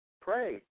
Pray